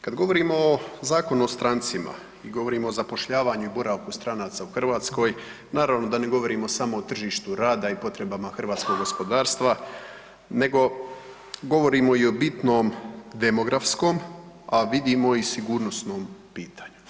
Kad govorimo o Zakonu o strancima i govorimo o zapošljavanju i boravku stranca u Hrvatskoj naravno da ne govorimo samo o tržištu rada i potrebama hrvatskog gospodarstva nego govorimo i o bitnom demografskom, a vidimo i sigurnosnom pitanju.